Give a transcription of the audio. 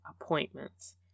appointments